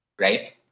right